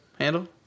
handle